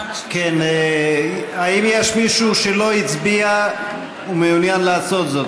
בעד האם יש מישהו שלא הצביע ומעוניין לעשות זאת?